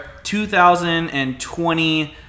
2020